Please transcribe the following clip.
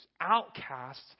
outcasts